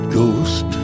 ghost